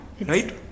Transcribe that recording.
Right